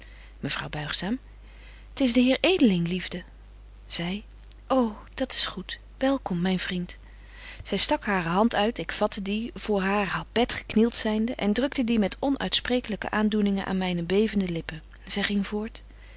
mevrouw buigzaam t is de heer edeling liefde zy o dat s goed welkom myn vriend zy stak hare hand uit ik vatte die voor haar bed geknielt zynde en drukte die met onuitsprekelyke aandoeningen aan myne bevende lippen zy ging voort